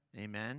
Amen